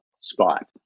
spot